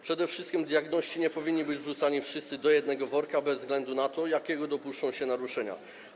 Przede wszystkim diagności nie powinni być wrzucani, wszyscy, do jednego worka bez względu na to, jakiego dopuszczą się naruszenia.